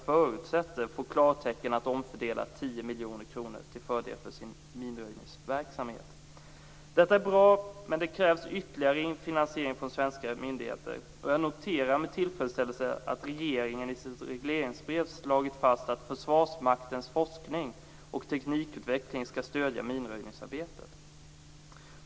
Verket kommer att få klartecken att omfördela tio miljoner kronor till förmån för sin minröjningsverksamhet. Detta är bra, men det krävs ytterligare finansiering från svenska myndigheter, och jag noterar med tillfredsställelse att regeringen i sitt regleringsbrev slagit fast att Försvarsmaktens forskning och teknikutveckling skall stödja minröjningsarbetet.